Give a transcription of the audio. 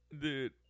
dude